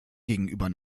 gegenüber